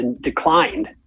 declined